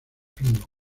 pino